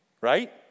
Right